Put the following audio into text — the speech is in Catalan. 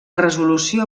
resolució